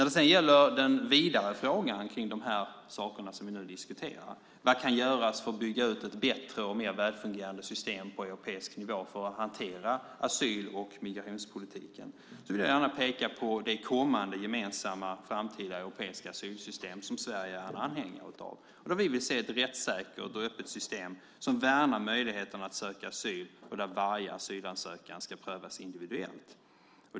Den vidare frågan gäller vad som kan göras för att bygga ut ett bättre och mer välfungerande system på europeisk nivå för att hantera asyl och migrationspolitiken. Jag vill här gärna peka på det kommande gemensamma framtida europeiska asylsystem som Sverige är anhängare av. Vi vill se ett rättssäkert och öppet system som värnar möjligheten att söka asyl och där varje asylansökan ska prövas individuellt.